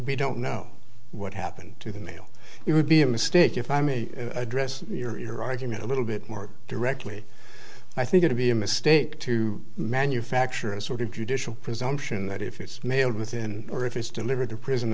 we don't know what happened to the male it would be a mistake if i may address your iraq you know a little bit more directly i think it to be a mistake to manufacture a sort of judicial presumption that if it's mailed within or if it's delivered to prison